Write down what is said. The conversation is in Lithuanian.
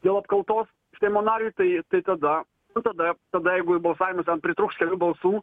dėl apkaltos seimo nariui tai tai tada nu tada tada jeigu balsavimui ten pritrūks kelių balsų